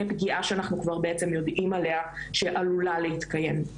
פגיעה שאנחנו כבר בעצם יודעים עליה שעלולה להתקיים.